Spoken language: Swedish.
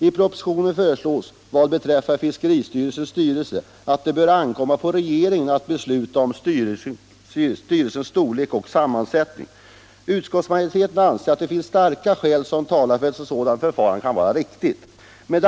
I propositionen föreslås att det bör ankomma på regeringen att besluta om fiskeristyrelsens styrelses storlek och sammansättning. Utskottsmajoriteten anser att starka skäl talar för att ett sådant förfarande kan vara riktigt.